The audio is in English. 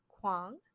kwang